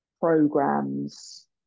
programs